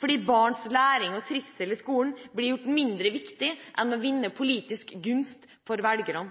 fordi barns læring og trivsel i skolen blir gjort mindre viktig enn å vinne politisk gunst for velgerne.